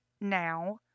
now